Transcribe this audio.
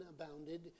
abounded